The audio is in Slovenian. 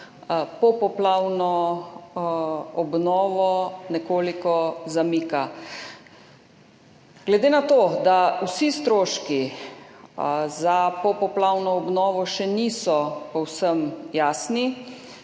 popoplavno obnovo, nekoliko zamika. Glede na to, da vsi stroški za popoplavno obnovo še niso povsem jasni,